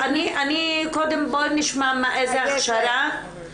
קודם בואי נשמע איזה הכשרה.